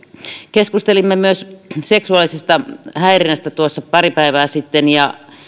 keskustelimme myös seksuaalisesta häirinnästä pari päivää sitten